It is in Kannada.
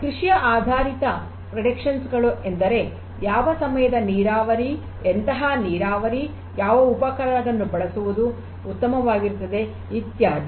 ಕೃಷಿಯಾಧಾರಿತ ಭವಿಷ್ಯವಾಣಿಗಳು ಎಂದರೆ ಯಾವ ಸಮಯದ ನೀರಾವರಿ ಎಂತಹ ನೀರಾವರಿ ಯಾವ ಉಪಕರಣಗಳನ್ನು ಬಳಸುವುದು ಉತ್ತಮವಾಗಿರುತ್ತದೆ ಇತ್ಯಾದಿ